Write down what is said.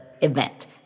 event